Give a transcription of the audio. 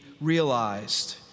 realized